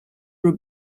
were